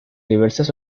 diversas